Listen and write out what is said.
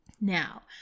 Now